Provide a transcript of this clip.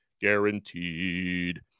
guaranteed